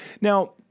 Now